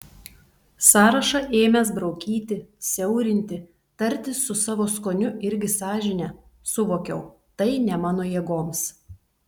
sąrašą ėmęs braukyti siaurinti tartis su savo skoniu irgi sąžine suvokiau tai ne mano jėgoms